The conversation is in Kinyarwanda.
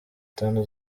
tanu